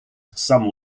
some